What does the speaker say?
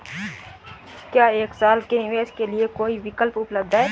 क्या एक साल के निवेश के लिए कोई विकल्प उपलब्ध है?